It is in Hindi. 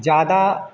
ज़्यादा